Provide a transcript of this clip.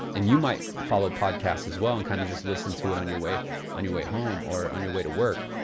and you might follow podcasts as well and kind of just listen to it on your way on your way home or on your way to work.